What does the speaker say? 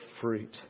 fruit